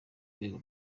rwego